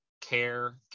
care